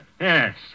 Yes